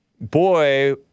boy